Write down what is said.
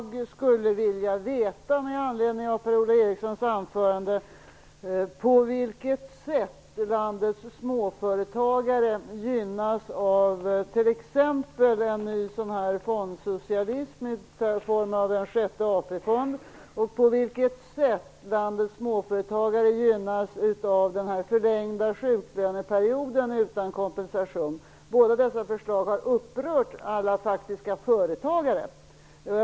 Fru talman! Med anledning av Per-Ola Erikssons anförande skulle jag vilja veta på vilket sätt landets småföretagare gynnas av t.ex. en ny fondsocialism i form av en sjätte AP-fond och på vilket sätt landets småföretagare gynnas av en förlängd sjuklöneperiod utan kompensation. Båda dessa förslag har upprört alla faktiska företagare.